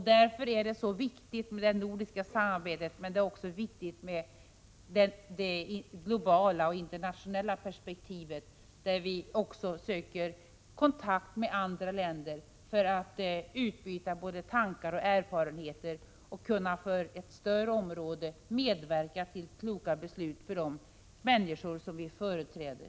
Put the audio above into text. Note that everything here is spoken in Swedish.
Därför är det så viktigt med det nordiska samarbetet men även med det globala och internationella perspektivet. Vi söker kontakt med andra länder för att utbyta tankar och erfarenheter och för att inom ett större område kunna medverka till kloka beslut för de människor som vi företräder.